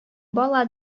бала